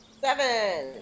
Seven